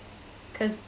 cause